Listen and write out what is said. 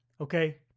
okay